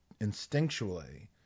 instinctually